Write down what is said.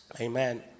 amen